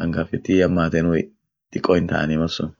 hangafetti hihamatenuey diko hintaani mal sun.